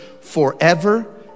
forever